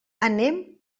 anem